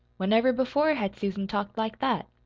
whenever before had susan talked like that?